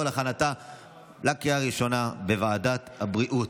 להכנתה לקריאה הראשונה בוועדת הבריאות.